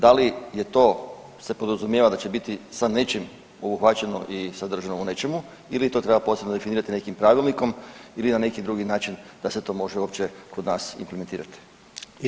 Da li je to se podrazumijeva da će biti sa nečim obuhvaćeno i sadržano u nečemu ili to treba posebno definirati nekim pravilnikom ili na neki drugi način da se to može uopće kod nas implementirati.